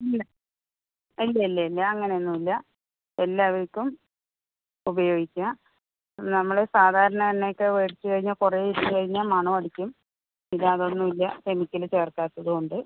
ഇല്ലില്ല ഇല്ലിലില്ല അങ്ങനൊന്നും ഇല്ല എല്ലാവർക്കും ഉപയോഗിക്കാം നമ്മള് സാധാരണ എണ്ണയൊക്കെ മേടിച്ച് കഴിഞ്ഞാൽ കുറെ ഇരുന്ന് കഴിഞ്ഞാൽ മണവടിക്കും ഇതതൊന്നും ഇല്ല കെമിക്കല് ചേർക്കാത്തത് കൊണ്ട്